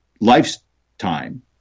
lifetime